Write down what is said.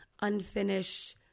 unfinished